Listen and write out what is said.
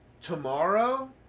tomorrow